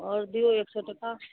आओर दियौ एक सए टका